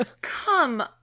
Come